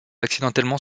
accidentellement